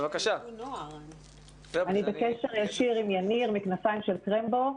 בבקשה אני בקשר ישיר עם יניר מ'כנפיים של קרמבו',